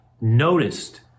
noticed